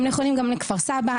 הם נכונים גם לכפר סבא,